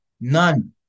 none